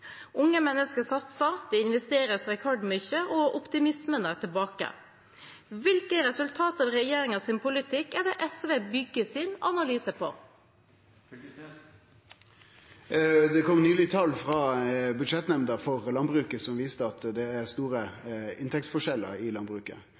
Unge mennesker satser, det investeres rekordmye, og optimismen er tilbake. Hvilke resultater av regjeringens politikk er det SV bygger sin analyse på? Det kom nyleg tal frå budsjettnemnda for landbruket som viste at det er store